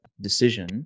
decision